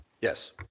Yes